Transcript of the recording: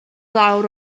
lawr